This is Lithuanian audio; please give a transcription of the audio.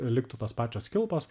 liktų tos pačios kilpos